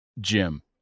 Jim